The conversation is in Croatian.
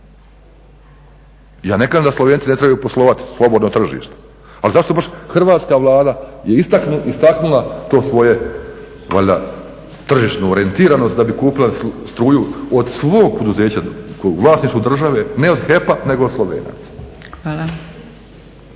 Ja ne kažem da Slovenci ne trebaju poslovati, slobodno tržište, ali zašto baš Hrvatska Vlada je istaknula to svoje valjda tržišnu orijentiranost da bi kupila struju od … poduzeća koje je u vlasništvu države, ne od HEP-a nego od Slovenaca. …